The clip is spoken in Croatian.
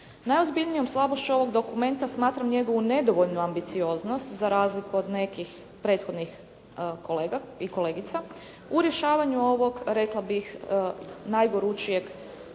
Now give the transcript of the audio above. Najozbiljnijom slabošću ovog dokumenta smatram njegovu nedovoljnu ambicioznost, za razliku od nekih prethodnih kolega i kolegica, u rješavanju ovog rekla bih najgorućijeg